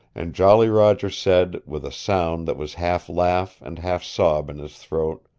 and jolly roger said, with a sound that was half laugh and half sob in his throat,